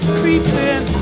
creeping